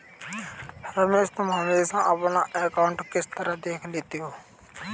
रमेश तुम हमेशा अपना अकांउट किस तरह देख लेते हो?